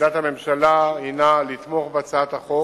עמדת הממשלה היא לתמוך בהצעת החוק,